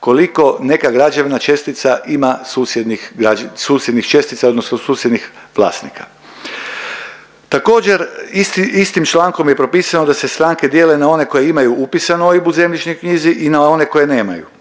koliko neka građevna čestica ima susjednih građ… susjednih čestica odnosno susjednih vlasnika. Također istim člankom je propisano da se stranke dijele na one koje imaju upisan OIB u zemljišnoj knjizi i na one koje nemaju.